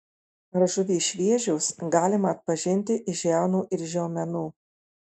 ar žuvys šviežios galima atpažinti iš žiaunų ir žiomenų